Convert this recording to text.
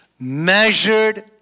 Measured